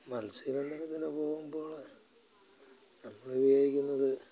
മത്സ്യബന്ധനത്തിന് പോകുമ്പോൾ നമ്മൾ ഉപയോഗിക്കുന്നത്